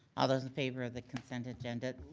ah those in favor of the consent agenda?